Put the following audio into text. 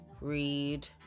read